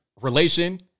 relation